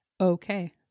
okay